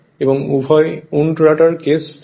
এবং wound rotor case থাকে